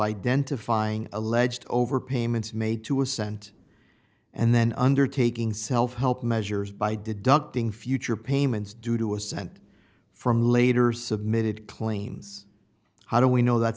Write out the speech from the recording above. identifying alleged over payments made to assent and then undertaking self help measures by deducting future payments due to assent from later submitted claims how do we know that